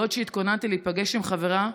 בעוד התכוננתי להיפגש עם חברה,